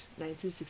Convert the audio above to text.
1960